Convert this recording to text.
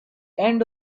end